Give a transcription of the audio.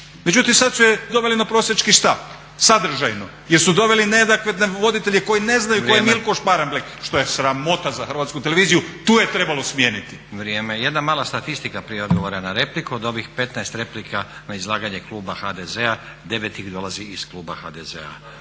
Međutim sada su je doveli na prosjački štap, sadržajno, jer su doveli neadekvatne voditelje koji ne znaju tko je Milko Šparemblek što je sramota za Hrvatsku televiziju, tu je trebalo smijeniti. **Stazić, Nenad (SDP)** Vrijeme. Jedna mala statistika prije odgovora na repliku. Od ovih 15 replika na izlaganje kluba HDZ-a 9 ih dolazi iz kluba HDZ-a.